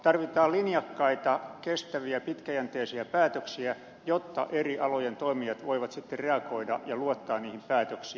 tarvitaan linjakkaita kestäviä pitkäjänteisiä päätöksiä jotta eri alojen toimijat voivat sitten reagoida ja luottaa niihin päätöksiin